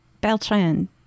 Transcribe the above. Beltran